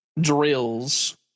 drills